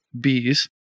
bees